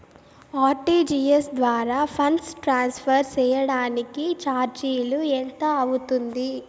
RTGS ద్వారా funds transfer సేయడానికి చార్జీలు ఎంత అవుతుంది